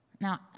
Now